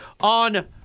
on